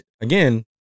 again